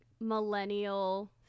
Millennial